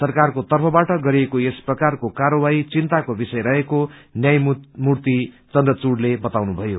सरकारको तर्फबाट गरिएको यस प्रकारको कार्यवाही चिन्ताको विषय रहेको न्यायमूर्ति चन्द्रचूइले बताउनुभयो